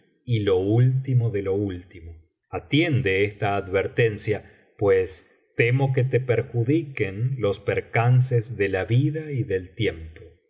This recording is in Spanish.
y lo último de lo último atiende esta advertencia pues temo que te perjudiquen los percances de la vida y del tiempo